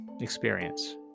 experience